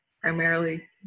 primarily